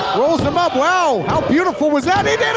rolls him up, wow! how beautiful was that?